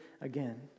again